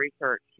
research